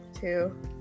two